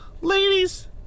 Ladies